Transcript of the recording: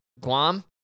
Guam